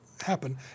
happen